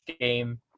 game